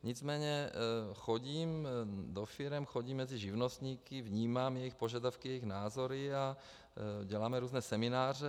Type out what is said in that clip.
Nicméně chodím do firem, chodím mezi živnostníky, vnímám jejich požadavky, jejich názory a děláme různé semináře.